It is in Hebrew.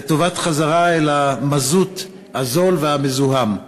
לטובת חזרה אל המזוט הזול והמזוהם.